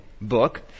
book